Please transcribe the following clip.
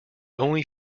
only